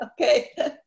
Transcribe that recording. Okay